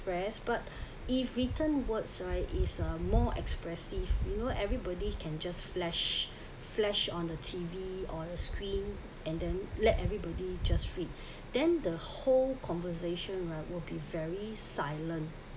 express but if written words right is a more expressive you know everybody can just flash flash on the T_V or your screen and then let everybody just read then the whole conversation [one] will be very silent